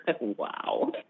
Wow